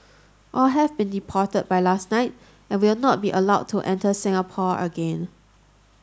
all have been deported by last night and will not be allowed to enter Singapore again